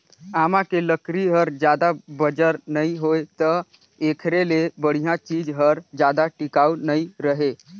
आमा के लकरी हर जादा बंजर नइ होय त एखरे ले बड़िहा चीज हर जादा टिकाऊ नइ रहें